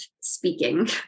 speaking